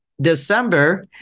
December